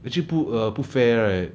actually 不 err 不 fair right